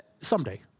someday